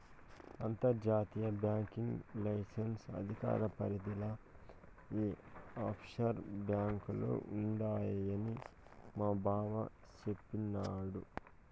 అంతర్జాతీయ banking licence అధికార పరిదిల ఈ ఆప్షోర్ బాంకీలు ఉండాయని మాబావ సెప్పిన్నాడు